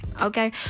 okay